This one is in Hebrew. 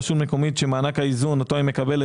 רשות מקומית שמענק האיזון אותו היא מקבלת